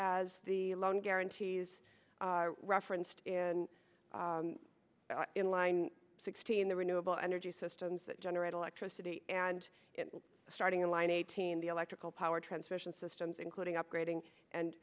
as the loan guarantees referenced and in line sixteen the renewable energy systems that generate electricity and starting in line eighteen the electrical power transmission systems including upgrading and